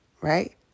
right